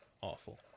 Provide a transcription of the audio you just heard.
Awful